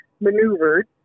maneuvered